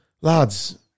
lads